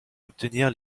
obtenir